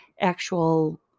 actual